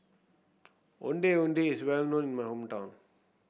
Ondeh Ondeh is well known in my hometown